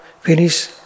finish